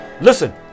listen